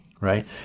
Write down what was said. right